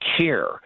care